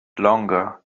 longer